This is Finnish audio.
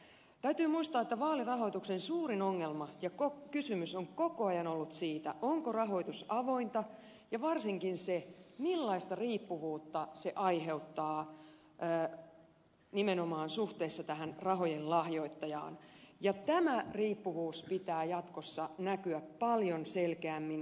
täytyy muistaa että vaalirahoituksen suurin ongelma ja koko kysymys on koko ajan ollut se onko rahoitus avointa ja varsinkin se millaista riippuvuutta se aiheuttaa nimenomaan suhteessa tähän rahojen lahjoittajaan ja tämän riippuvuuden pitää jatkossa näkyä paljon selkeämmin